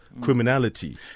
criminality